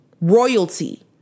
Royalty